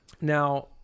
now